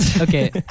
Okay